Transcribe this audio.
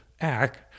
act